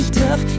tough